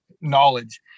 knowledge